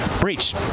Breach